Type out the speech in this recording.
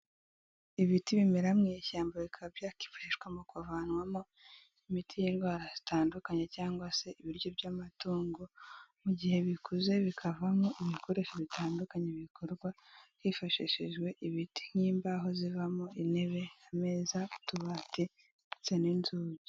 Ibiti bimera mu ishyamba bikaba byakifashishwa mu kuvanwamo imiti y'indwara zitandukanye cyangwa se ibiryo by'amatungo mu gihe bikuze bikavamo ibikoresho bitandukanye bikorwa hifashishijwe ibiti nk'imbaho zivamo intebe, ameza utubati ndetse n'inzugi.